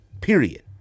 Period